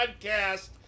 Podcast